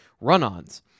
run-ons